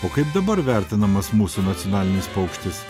o kaip dabar vertinamas mūsų nacionalinis paukštis